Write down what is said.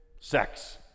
sex